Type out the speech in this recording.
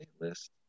List